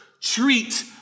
treat